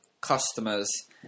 customers